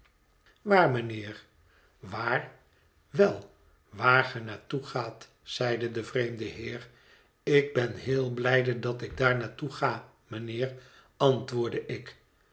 waar mijnheer waar wel waar ge naar toe gaat zeide de vreemde heer ik ben heel blijde dat ik daar naar toe ga mijnheer antwoordde ik